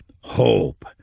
hope